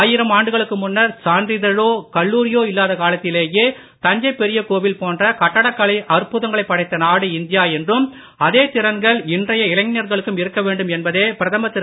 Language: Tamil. ஆயிரம் ஆண்டுகளுக்கு முன்னர் சான்றிதழோ கல்லுரியோ இல்லாத காலத்திலேயே தஞ்சை பெரிய கோவில் போன்ற கட்டிடக் கலை அற்புதங்களைப் படைத்த நாடு இந்தியா என்றும் அதே திறன்கள் இன்றைய இளைஞர்களுக்கும் இருக்க வேண்டும் என்பதே பிரதமர் திரு